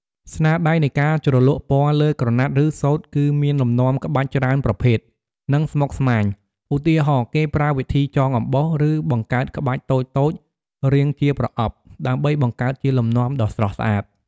ស្នាដៃនៃការជ្រលក់ពណ៌លើក្រណាត់ ឬសូត្រ គឺមានលំនាំក្បាច់ច្រើនប្រភេទ និងស្មុគស្មាញ ឧទាហរណ៍ គេប្រើវិធីចងអំបោះ ឬបង្កើតក្បាច់តូចៗរាងជាប្រអប់ ដើម្បីបង្កើតជាលំនាំដ៏ស្រស់ស្អាត។